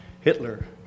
Hitler